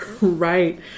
Right